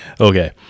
okay